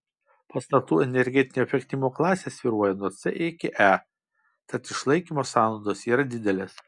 pastatų energetinio efektyvumo klasės svyruoja nuo c iki e tad išlaikymo sąnaudos yra didelės